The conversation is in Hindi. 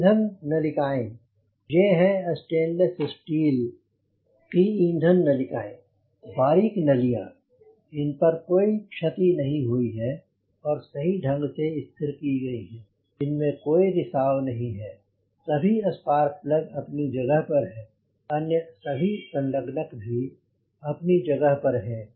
ईंधन नलिकाएं ये हैं स्टेनलेस स्टील की ईंधन नलिकाएं बारीक़ नलियां इन पर कोई क्षति नहीं हुई है और सही ढंग से स्थिर की गयी हैं इनमे कोई रिसाव नहीं है सभी स्पार्क प्लग अपनी जगह पर हैं अन्य सभी संलग्नक भी अपनी जगह पर हैं